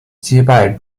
击败